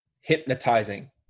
hypnotizing